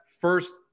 First